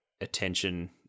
attention